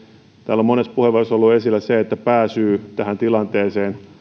täällä on monessa puheenvuorossa ollut esillä se että pääsyy tähän tilanteeseen